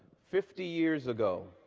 fifty years ago